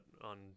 on